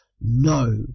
No